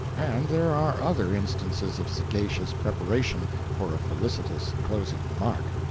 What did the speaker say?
and there are other instances of sagacious preparation for a felicitous closing remark.